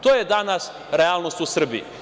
To je danas realnost u Srbiji.